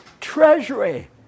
treasury